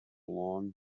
long